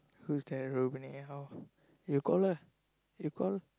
who's there how you call lah you call